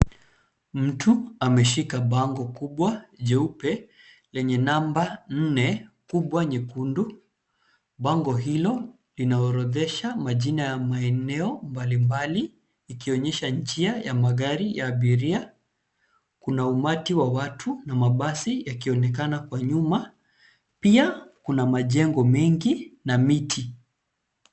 Mtu ameshika bango kubwa jeupe lenye namba nne kubwa nyekundu. Bango hilo linaorodhesha majina ya maeneo mbalimbali ikionyesha njia ya magari ya abiria. Kuna umati wa watu na mabasi yakionekana kwa nyuma. Pia kuna majengo mengi na miti.